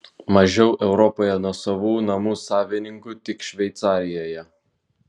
mažiau europoje nuosavų namų savininkų tik šveicarijoje